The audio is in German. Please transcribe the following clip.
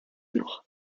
noch